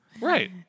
Right